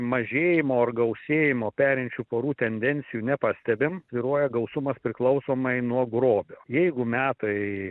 mažėjimo ar gausėjimo perinčių porų tendencijų nepastebim svyruoja gausumas priklausomai nuo grobio jeigu metai